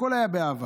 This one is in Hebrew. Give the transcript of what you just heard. הכול היה באהבה.